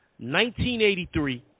1983